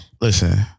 listen